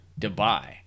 Dubai